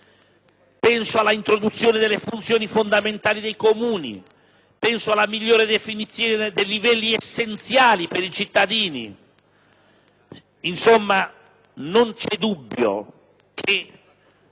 all'introduzione delle funzioni fondamentali dei Comuni, alla migliore definizione dei livelli essenziali, dei servizi ai cittadini. Insomma, non c'è dubbio che